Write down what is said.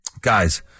Guys